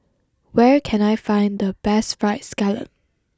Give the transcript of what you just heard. where can I find the best fried scallop